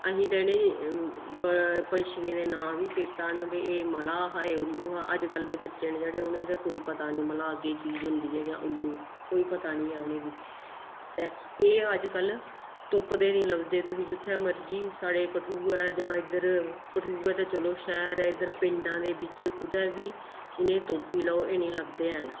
असेंगी ते इ'नें ब पक्षियें दे नांऽ बी चेत्ता न भई एह् मलाह् हा एह् उल्लू हा अज्ज कल दे बच्चे न जेह्ड़े उ'नेंगी ते कोई पता निं मलाह् केह् चीज होंदी ऐ जां उल्लू कोई पता निं ऐ उ'नेंगी ते एह् अज्ज कल तुप्पे दे निं लभदे तुसीं जित्थें मर्जी साढ़े कठुऐ जां इद्धर जां कठुऐ ते चलो शैह्र ऐ इद्धर पिंडां दे बिच्च कुतै बी इ'नेंगी तुप्पी लैओ एह् निं लभदे हैन